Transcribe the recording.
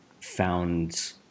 found